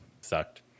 Sucked